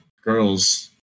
girls